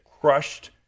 crushed